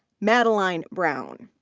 madeline brown.